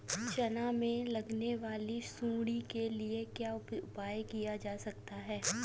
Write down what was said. चना में लगने वाली सुंडी के लिए क्या उपाय किया जा सकता है?